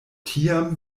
tiam